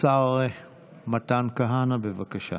השר מתן כהנא, בבקשה.